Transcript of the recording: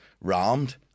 rammed